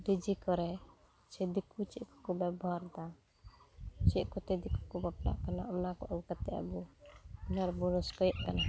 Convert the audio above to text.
DJ ᱠᱚᱨᱮ ᱥᱮ ᱫᱤᱠᱩ ᱪᱮᱫᱠᱚ ᱵᱮᱵᱚᱦᱟᱨᱫᱟ ᱪᱮᱫ ᱠᱚᱛᱮ ᱫᱤᱠᱩᱠᱚ ᱵᱟᱯᱞᱟᱜ ᱠᱟᱱᱟ ᱚᱱᱟᱠᱚ ᱟᱹᱜᱩ ᱠᱟᱛᱮᱫ ᱟᱵᱚ ᱡᱟᱦᱟᱸᱨᱮᱵᱚ ᱨᱟᱹᱥᱠᱟᱹᱭᱮᱫ ᱠᱟᱱᱟ